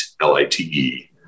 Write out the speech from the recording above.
L-I-T-E